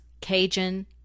Cajun